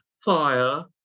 fire